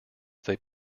they